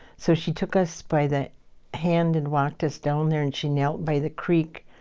so she took us by the hand, and walked us down there, and she knelt by the creek.